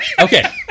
Okay